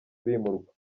bimurwa